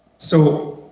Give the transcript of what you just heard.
so,